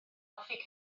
hoffi